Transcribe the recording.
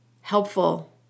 helpful